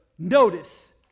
Notice